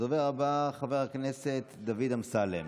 הדובר הבא, דוד אמסלם,